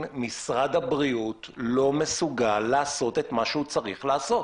משרד הבריאות לא מסוגל לעשות את מה שהוא צריך לעשות.